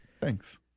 Thanks